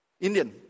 Indian